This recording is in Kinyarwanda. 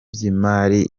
by’imari